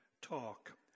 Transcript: talk